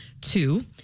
Two